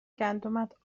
گندمت